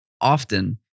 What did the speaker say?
often